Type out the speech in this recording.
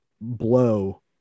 blow